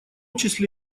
числе